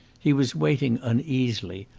he was waiting uneasily,